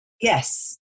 Yes